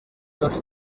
los